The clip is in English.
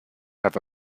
have